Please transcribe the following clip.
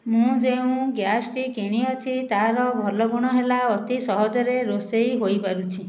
ମୁଁ ଯେଉଁ ଗ୍ୟାସଟି କିଣି ଅଛି ତାର ଭଲ ଗୁଣ ହେଲା ଅତି ସହଜରେ ରୋଷେଇ ହୋଇପାରୁଛି